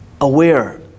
aware